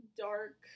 dark